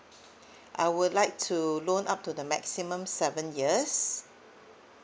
I would like to loan up to the maximum seven years